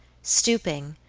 stooping,